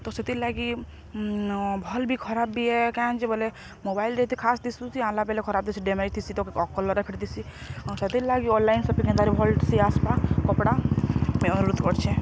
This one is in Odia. ତ ସେଥିର୍ଲାଗି ଭଲ୍ ବି ଖରାପ୍ ବିି ଆଏ କାଁ ଯେ ବୋଲେ ମୋବାଇଲ୍ ଦେଇତେ ଖାସ୍ ଦିଶୁଥିସି ଆନ୍ଲା ବେଲେ ଖରାପ୍ ହେସି ଡେମେଜ୍ ଥିସି ତ କଲର୍ ଫେଡ଼୍ ଥିସି ସେଥିର୍ଲାଗି ଅନ୍ଲାଇନ୍ ସପିଙ୍ଗ୍ କେନ୍ତା କରି ଭଲ୍ସେ ଆସ୍ବା କପ୍ଡ଼ା ପାଇଁ ଅନୁରୋଧ୍ କରୁଛେଁ